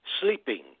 sleeping